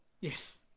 Yes